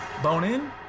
Bone-in